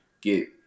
get